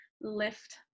lift